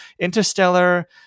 interstellar